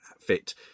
fit